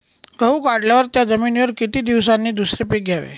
गहू काढल्यावर त्या जमिनीवर किती दिवसांनी दुसरे पीक घ्यावे?